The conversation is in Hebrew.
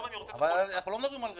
אנחנו לא מדברים על רכוש.